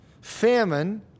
famine